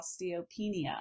Osteopenia